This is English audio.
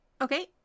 Okay